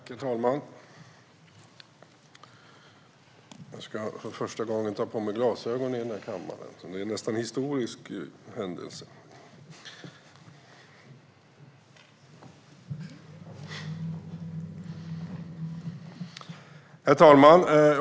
Herr talman! Jag ska för första gången här i kammaren ta på mig glasögon. Det är en nästan historisk händelse. Herr talman!